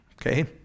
okay